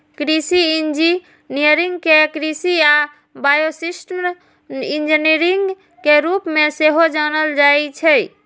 कृषि इंजीनियरिंग कें कृषि आ बायोसिस्टम इंजीनियरिंग के रूप मे सेहो जानल जाइ छै